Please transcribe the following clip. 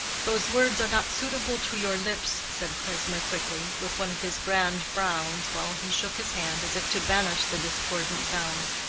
those words are not suitable to your lips, said klesmer, quickly, with one of his grand frowns, while he shook his hand as if to banish the discordant sounds.